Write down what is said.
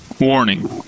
warning